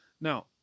now